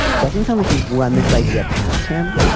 doesn't sound like you've run this idea past him.